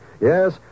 Yes